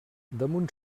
damunt